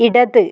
ഇടത്